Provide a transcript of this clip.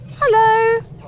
Hello